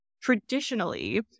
traditionally